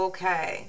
Okay